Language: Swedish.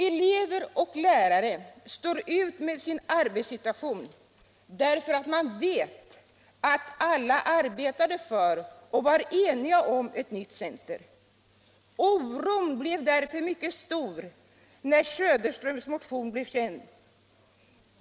Elever och lärare stod ut med sin arbetssituation därför att de visste att alla arbetade för och var eniga om ett nytt center. Oron blev sedan mycket stor när herr Söderströms motion blev känd.